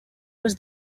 was